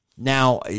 Now